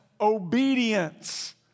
obedience